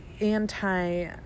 anti-